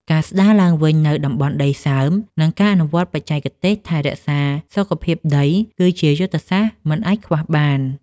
ការស្តារឡើងវិញនូវតំបន់ដីសើម និងការអនុវត្តបច្ចេកទេសថែរក្សាសុខភាពដី គឺជាយុទ្ធសាស្ត្រមិនអាចខ្វះបាន។